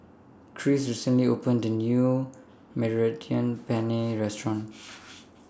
Krish recently opened A New Mediterranean Penne Restaurant